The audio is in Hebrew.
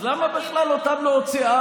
אז למה בכלל להוציא אותם?